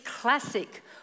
classic